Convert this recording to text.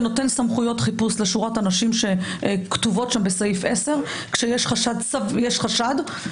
שנותן סמכויות לשורת אנשים שכתובות שם בסעיף 10 כשיש חשד לא